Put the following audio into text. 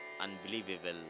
unbelievable